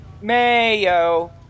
mayo